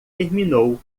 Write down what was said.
terminou